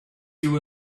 you